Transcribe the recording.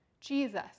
Jesus